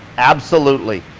absolutely,